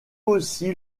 aussi